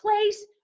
place